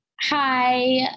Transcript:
hi